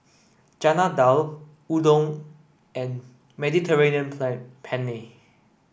Chana Dal Udon and Mediterranean Plan Penne